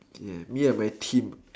ya me and my team